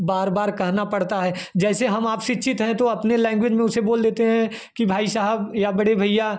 बार बार कहना पड़ता है जैसे हम आप शिक्षित हैं तो अपने लैंग्वेज में उसे बोल देते हैं कि भाई साहब या बड़े भईया